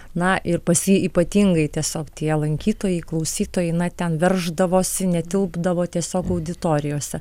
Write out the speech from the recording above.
na ir pas jį ypatingai tiesiog tie lankytojai klausytojai na ten verždavosi netilpdavo tiesiog auditorijose